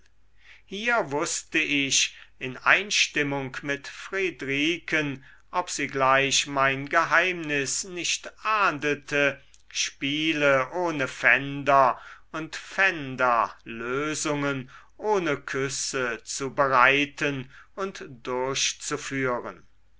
hier wußte ich in einstimmung mit friedriken ob sie gleich mein geheimnis nicht ahndete spiele ohne pfänder und pfänderlösungen ohne küsse zu bereiten und durchzuführen